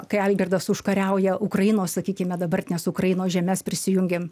kai algirdas užkariauja ukrainos sakykime dabartinės ukrainos žemes prisijungėm